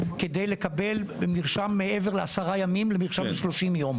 כדי לקבל מרשם מעבר ל-10 ימים; מרשם ל-30 ימים.